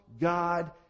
God